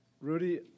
Rudy